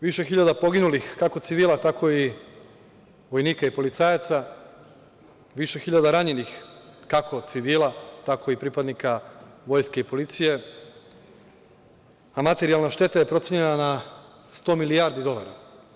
Više hiljada poginulih, kako civila, tako i vojnika i policajaca, više hiljada ranjenih, kako civila, tako i pripadnika Vojske i Policije, a materijalna šteta je procenjena na 100 milijardi dolara.